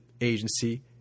agency